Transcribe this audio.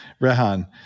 Rehan